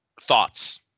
thoughts